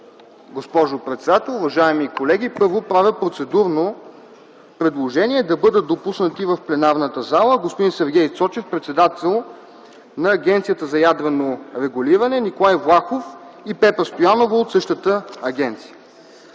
госпожо председател, уважаеми колеги! Първо правя процедурно предложение да бъдат допуснати в пленарната зала господин Сергей Цочев – председател на Агенция за ядрено регулиране, Николай Влахов и Пепа Стоянова – от същата агенция.